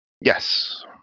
yes